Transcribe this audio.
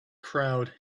crowd